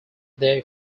their